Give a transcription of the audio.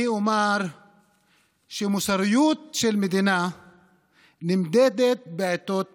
אני אומר שמוסריות של מדינה נמדדת בעיתות משבר.